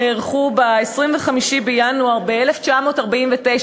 שנערכו ב-25 בינואר ב-1949,